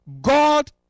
God